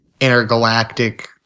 intergalactic